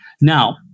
Now